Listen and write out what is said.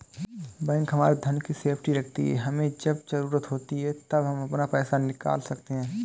bank हमारे धन की सेफ्टी रखती है हमे जब जरूरत होती है तब हम अपना पैसे निकल सकते है